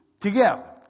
Together